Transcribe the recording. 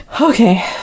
Okay